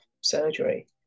surgery